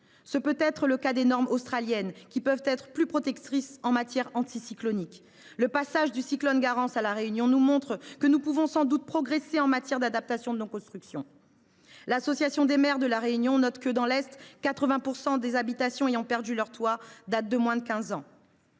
Ce peut être le cas des normes australiennes, parfois plus protectrices en matière anticyclonique. Le passage du cyclone Garance à La Réunion nous montre que nous pouvons encore progresser en matière d’adaptation de nos constructions. L’Association des maires du département de La Réunion (AMDR) note que, dans l’est de l’île, 80 % des habitations ayant perdu leur toit datent de moins de quinze